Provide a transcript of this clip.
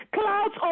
clouds